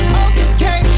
okay